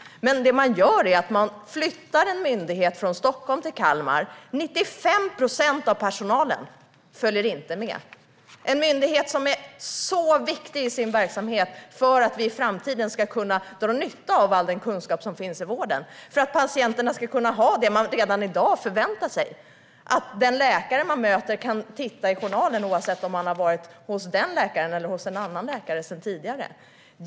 Det man gör är dock att flytta en myndighet från Stockholm till Kalmar, och 95 procent av personalen följer inte med. Detta är en myndighet vars verksamhet är viktig för att vi i framtiden ska kunna dra nytta av all den kunskap som finns i vården så att patienterna får det som de redan i dag förväntar sig: att den läkare man möter kan titta i journalen oavsett om man har varit hos den läkaren eller någon annan läkare tidigare.